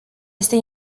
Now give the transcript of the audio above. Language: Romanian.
este